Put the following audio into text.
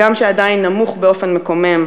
הגם שעדיין נמוך באופן מקומם,